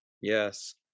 yes